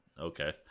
Okay